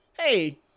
Hey